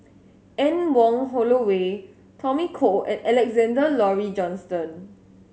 Anne Wong Holloway Tommy Koh and Alexander Laurie Johnston